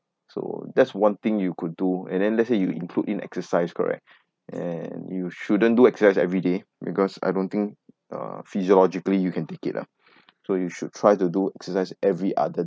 so that's one thing you could do and then let's say you include in exercise correct and you shouldn't do exercise every day because I don't think uh physiologically you can take it ah so you should try to do exercise every other